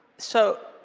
so.